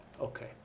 Okay